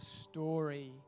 story